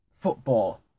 football